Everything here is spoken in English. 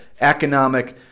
economic